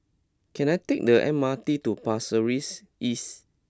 can I take the M R T to Pasir Ris East